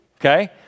okay